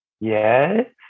Yes